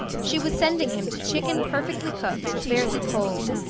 she was sending him to chicken perfectly cooked, barely cold,